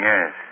Yes